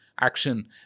action